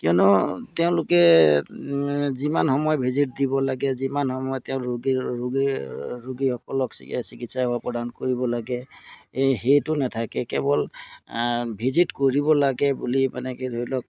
কিয়নো তেওঁলোকে যিমান সময় ভিজিট দিব লাগে যিমান সময়ত তেওঁ ৰোগীৰ ৰোগীৰ ৰোগীসকলক চিকিৎসা সেৱা প্ৰদান কৰিব লাগে এই সেইটো নেথাকে কেৱল ভিজিট কৰিব লাগে বুলি মানে কি ধৰি লওক